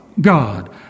God